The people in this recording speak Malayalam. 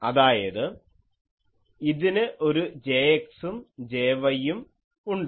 അതായത് ഇതിന് ഒരു Jx ഉം Jy ഉം ഉണ്ട്